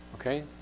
okay